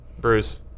Bruce